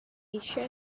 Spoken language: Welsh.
eisiau